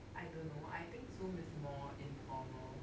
I don't know I think zoom is more informal